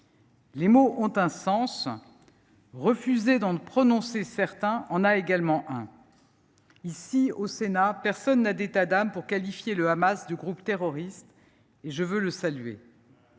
Les mots ont un sens, et le refus d’en prononcer certains en a également un. Au Sénat, personne n’a d’états d’âme pour qualifier le Hamas de groupe terroriste, et je veux le saluer.